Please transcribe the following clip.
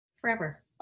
Forever